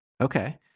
Okay